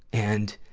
and